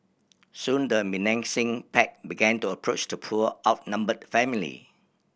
soon the menacing pack began to approach the poor outnumbered family